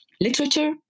Literature